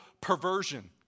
perversion